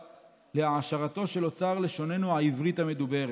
להעשרתו של אוצר לשוננו העברית המדוברת".